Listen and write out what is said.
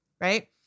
right